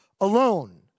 alone